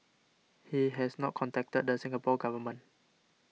he has not contacted the Singapore Government